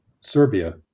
Serbia